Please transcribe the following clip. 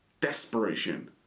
desperation